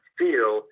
feel